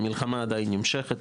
המלחמה עדיין נמשכת.